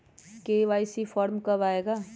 KYC form कब आए गा?